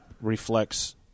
reflects